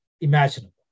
imaginable